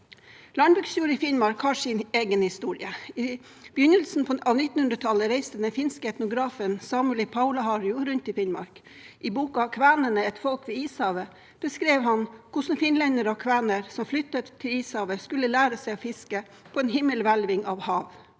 Landbruksjord i Finnmark har sin egen historie. I begynnelsen av 1900-tallet reiste den finske etnografen Samuli Paulaharju rundt i Finnmark. I boka «Kvenene – et folk ved ishavet» beskrev han hvordan finlendere og kvener som flyttet til ishavet, skulle lære seg å fiske på en himmelhvelving av hav,